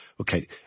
Okay